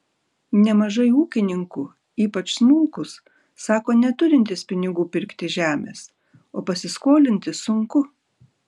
nemažai ūkininkų ypač smulkūs sako neturintys pinigų pirkti žemės o pasiskolinti sunku